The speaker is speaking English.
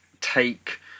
take